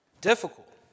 Difficult